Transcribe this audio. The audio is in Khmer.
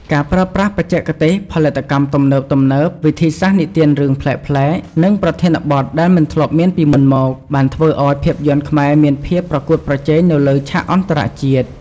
ការប្រើប្រាស់បច្ចេកទេសផលិតកម្មទំនើបៗ វិធីសាស្រ្តនិទានរឿងប្លែកៗ និងប្រធានបទដែលមិនធ្លាប់មានពីមុនមក បានធ្វើឱ្យភាពយន្តខ្មែរមានភាពប្រកួតប្រជែងនៅលើឆាកអន្តរជាតិ។